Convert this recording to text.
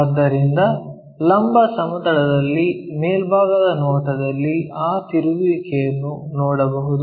ಆದ್ದರಿಂದ ಲಂಬ ಸಮತಲದಲ್ಲಿ ಮೇಲ್ಭಾಗದ ನೋಟದಲ್ಲಿ ಆ ತಿರುಗುವಿಕೆಯನ್ನು ನೋಡಬಹುದು